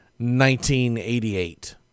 1988